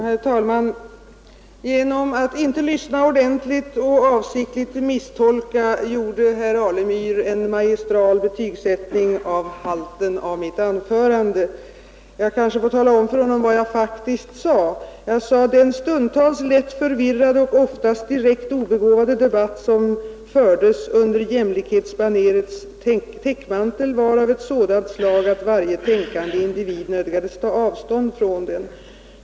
Herr talman! Genom att inte lyssna ordentligt och genom att avsiktligt misstolka gjorde herr Alemyr en magistral betygsättning av halten av mitt anförande. Jag kanske då får tala om för herr Alemyr vad jag faktiskt sade. Jag sade att den stundtals rätt förvirrade och oftast direkt obegåvade debatt som fördes under jämlikhetsbanerets täckmantel var av sådant slag att varje tänkande individ nödgades ta avstånd från den.